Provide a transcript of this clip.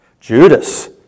Judas